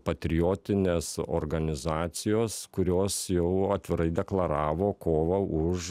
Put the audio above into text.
patriotinės organizacijos kurios jau atvirai deklaravo kovą už